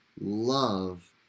love